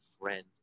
friend